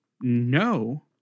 no